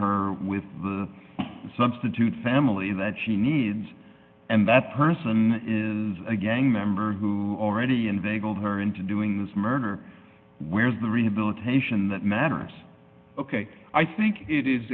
her with the substitute family that she needs and that person is a gang member who already and they got her into doing this murder where's the rehabilitation that matters ok i think it is